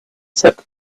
took